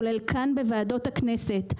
כולל כאן בוועדות הכנסת,